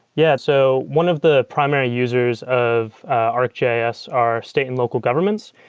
yeah. so one of the primary users of arcgis are state and local governments.